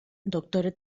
doktore